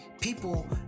people